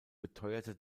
beteuerte